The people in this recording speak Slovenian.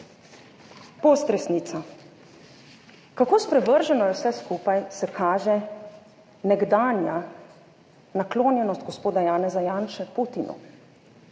Post resnica. Kako sprevrženo je vse skupaj se kaže nekdanja naklonjenost gospoda Janeza Janše Putinu.